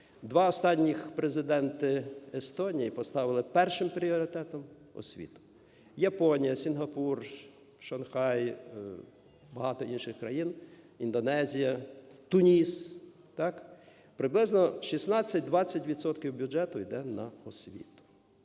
Два останніх президент Естонії поставили першим пріоритетом освіту: Японія, Сінгапур, Шанхай, багато інших країн, Індонезія, Туніс. Так? Приблизно 16-20 відсотків бюджету йде на освіту.